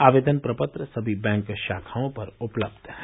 आवेदन प्रपत्र समी बैंक शाखाओं पर उपलब्ध हैं